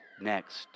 next